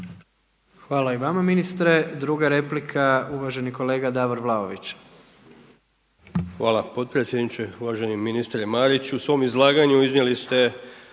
Hvala i vama ministre. Druga replika uvaženi kolega Davor Vlaović. **Vlaović, Davor (HSS)** Hvala potpredsjedniče. Uvaženi ministre Mariću. U svom izlaganju iznijeli ste